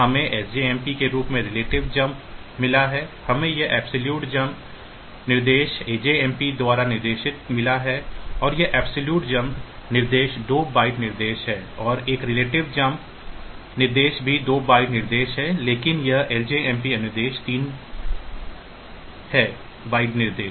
हमें सजमप के रूप में रिलेटिव जंप s मिला है हमें यह अब्सोल्युट जंप निर्देश आजमप द्वारा निर्दिष्ट मिला है और यह अब्सोल्युट जंप निर्देश 2 बाइट निर्देश है और एक रिलेटिव जंप निर्देश भी 2 बाइट निर्देश है लेकिन यह लजमप अनुदेश 3 है बाइट निर्देश